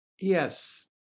Yes